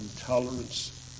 intolerance